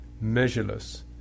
measureless